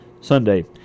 Sunday